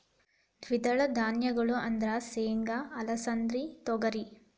ದ್ವಿದಳ ಧಾನ್ಯಗಳು ಅಂದ್ರ ಸೇಂಗಾ, ಅಲಸಿಂದಿ, ತೊಗರಿ